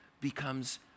becomes